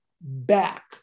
back